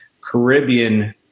caribbean